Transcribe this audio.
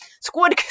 Squid